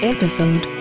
Episode